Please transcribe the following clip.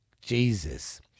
Jesus